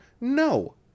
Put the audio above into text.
No